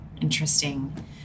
Interesting